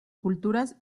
culturas